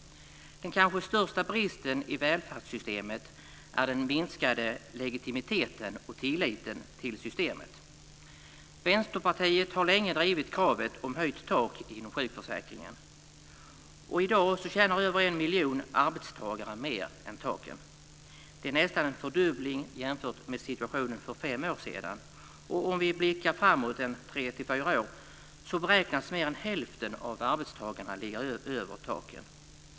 Den kanske största bristen i välfärdssystemet är den minskade legitimiteten och tilliten till systemet. Vänsterpartiet har länge drivit kravet om höjt tak inom sjukförsäkringen. I dag tjänar över en miljon arbetstagare mer än taken. Det är nästan en fördubbling jämfört med situationen för fem år sedan. Vi kan blicka framåt 3-4 år. Då beräknas mer än hälften av arbetstagarna ligga över taken.